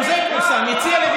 אגב, מי שאומר את זה עליו זה לא אני,